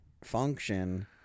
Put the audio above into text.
function